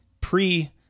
pre